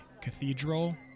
cathedral